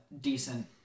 decent